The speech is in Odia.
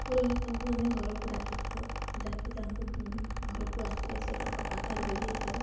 ପୁରୋହିତଙ୍କୁ ଆମେ ଘରକୁ ଡାକି ଥାଉ ଡାକି ତାଙ୍କୁ ଘରକୁ ଆସିଲେ ସେ ତାଙ୍କ ପାଦ ଧୋଇ ଦେଇଥାଉ